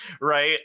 Right